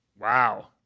Wow